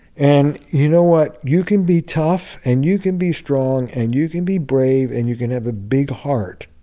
and, you know what, you can be tough and you can be strong and you can be brave and you can have a big heart,